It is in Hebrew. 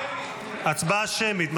הצבעה שמית.